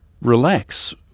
relax